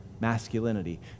masculinity